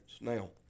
Now